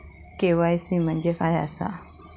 KYC म्हणजे काय आसा?